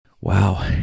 Wow